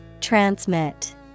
Transmit